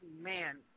Man